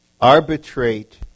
arbitrate